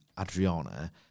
Adriana